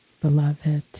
beloved